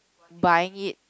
buying it